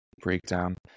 breakdown